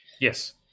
Yes